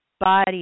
body